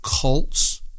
cults